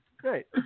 Great